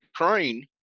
Ukraine